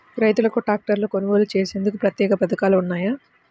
రైతులకు ట్రాక్టర్లు కొనుగోలు చేసేందుకు ప్రత్యేక పథకాలు ఉన్నాయా?